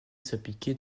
s’appliquer